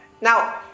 Now